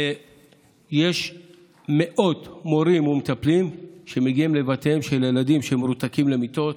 ויש מאות מורים ומטפלים שמגיעים לבתיהם של הילדים שמרותקים למיטות,